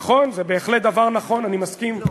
נכון, זה בהחלט דבר נכון, אני מסכים.